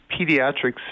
pediatrics